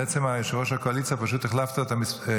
בעצם יושב-ראש הקואליציה פשוט החלפת את המספרים.